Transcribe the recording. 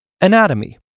Anatomy